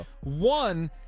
One